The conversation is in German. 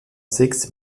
sechs